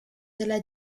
della